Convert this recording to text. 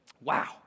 Wow